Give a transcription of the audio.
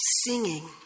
singing